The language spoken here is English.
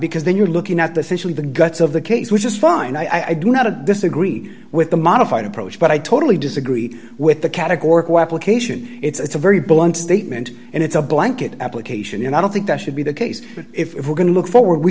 because then you're looking at the fishery the guts of the case which is fine i do not disagree with the modified approach but i totally disagree with the categorical application it's a very blunt statement and it's a blanket application and i don't think that should be the case but if we're going to look